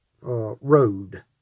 Road